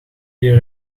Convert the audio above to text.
die